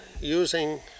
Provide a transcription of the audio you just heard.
using